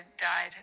died